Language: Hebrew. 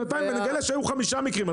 אם נשב פה בעוד שנתיים ונגלה שהיו חמישה מקרים,